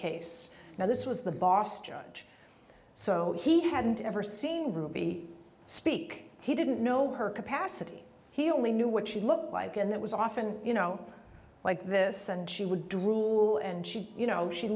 case now this was the boss judge so he hadn't ever seen ruby speak he didn't know her capacity he only knew what she looked like and that was often you know like this and she would drool and she you know she